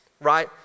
right